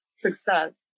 success